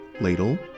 Ladle